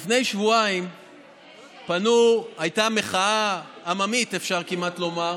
לפני שבועיים הייתה מחאה, עממית כמעט, אפשר לומר,